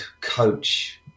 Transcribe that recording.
coach